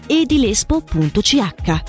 edilespo.ch